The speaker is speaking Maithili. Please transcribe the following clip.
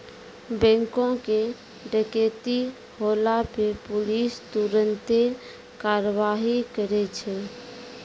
बैंको के डकैती होला पे पुलिस तुरन्ते कारवाही करै छै